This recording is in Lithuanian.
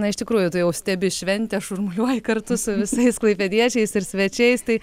na iš tikrųjų tu jau stebi šventę šurmuliuoji kartu su visais klaipėdiečiais ir svečiais tai